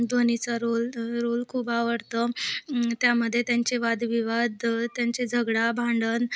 द्वनीचा role तो role खूप आवडतं त्यामध्ये त्यांचे वादविवाद त्यांचे झगडा भांडण